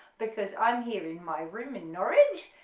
because i'm here, in my room in norwich,